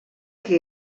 que